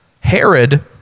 Herod